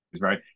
right